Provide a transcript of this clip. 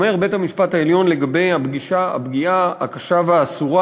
אומר בית-המשפט העליון לגבי הפגיעה הקשה והאסורה